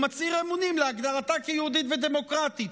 הוא מצהיר אמונים להגדרתה כיהודית ודמוקרטית.